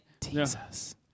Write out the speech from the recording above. Jesus